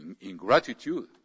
ingratitude